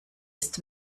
ist